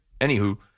Anywho